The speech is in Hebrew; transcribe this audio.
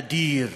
אדיר.